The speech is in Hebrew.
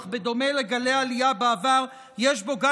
אך בדומה לגלי העלייה בעבר יש בו גם